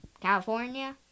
California